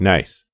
Nice